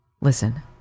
Listen